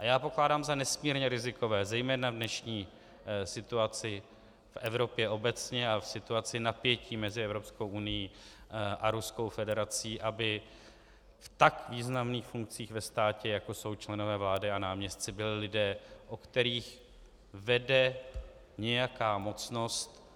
A já pokládám za nesmírně rizikové, zejména v dnešní situaci v Evropě obecně a v situaci napětí mezi Evropskou unií a Ruskou federací, aby v tak významných funkcích ve státě, jako jsou členové vlády a náměstci, byli lidé, o kterých vede nějaká mocnost,